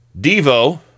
Devo